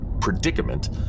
predicament